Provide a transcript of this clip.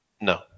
No